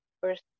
first